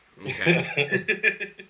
Okay